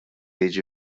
jiġi